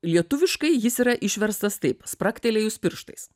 lietuviškai jis yra išverstas taip spragtelėjus pirštais